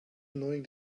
knowing